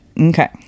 Okay